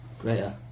greater